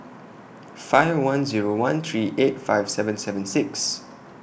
five one Zero one three eight five seven seven six